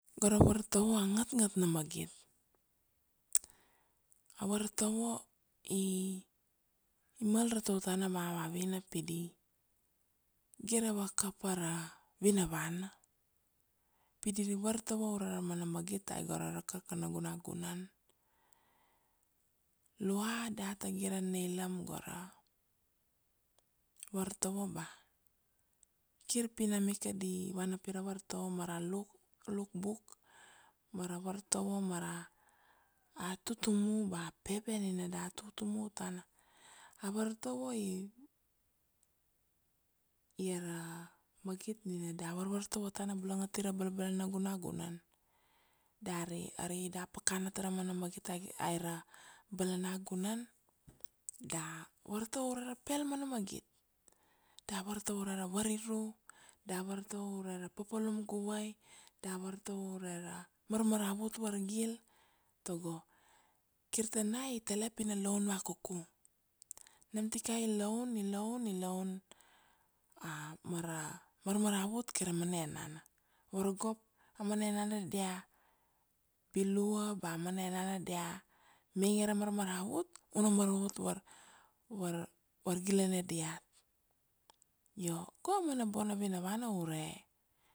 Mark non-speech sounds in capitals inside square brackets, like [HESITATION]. Go ra vartovo a ngatngat na magit, [HESITATION] a vartovo i, i mal ra tutana ma vavina pi di gire vakapa ra vinavana, pi dir i vartovo ure ra mana magit aiga rakaka nagunan, lua da ta gire neilem go ra vartovo ba kir pina ika di vana pi ra vartovo mara luk luk buk, mara vartovo mara a tutumu ba pepe nina dat tutumu tana, a vartovo i ia ra magit nina dat vartovo tana bulong ati ra balbala nagunagunan, dari, ari da pakana tara mana magit aira bala nagunan, da vartovo ure ra pel mana magit da vartovo ure ra variru, da vartovo ure ra papalum guvei, da vartovo ure ra mar maravut vargil, togo kir tanai i tele pi na loun vakuku, nam tikai i loun, i loun, i loun [HESITATION] mara marmaravut keira mana ainana, vorogop amana ainana dia bilua, ba amana ainana dia manga ra marmaravut, una maravut var var- vargilene diat io go amana bona vinana ure.